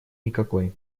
никакой